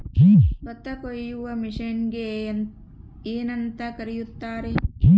ಭತ್ತ ಕೊಯ್ಯುವ ಮಿಷನ್ನಿಗೆ ಏನಂತ ಕರೆಯುತ್ತಾರೆ?